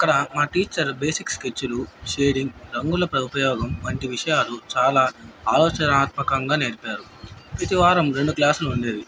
అక్కడ మా teacher basic స్కెచ్లు షేడింగ్ రంగుల ఉపయోగం వంటి విషయాలు చాలా ఆలోచనాత్మకంగా నేర్పారు ప్రతీ వారం రెండు క్లాసులు ఉండేవి